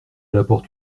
apporte